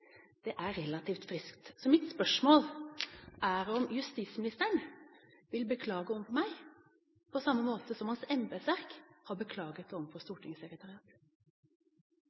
er relativt friskt. Så mitt spørsmål er om justis- og beredskapsministeren vil beklage overfor meg, på samme måte som hans embetsverk har beklaget overfor